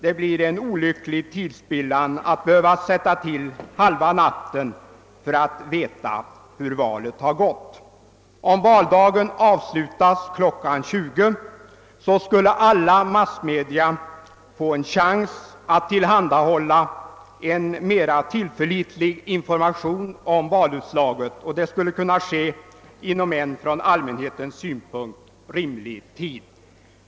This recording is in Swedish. Det innebär en olycklig tidsspillan att behöva sätta till halva natten för att få veta hur valet har gått. Om valdagen avslutas kl. 20 skulle alla massmedia få en chans att tillhandahålla en mera tillförlitlig information om valutslaget, och detta skulle kunna göras inom en från allmänhetens synpunkt rimlig tid.